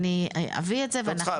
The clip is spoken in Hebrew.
אני אביא את זה ואנחנו --- את לא צריכה,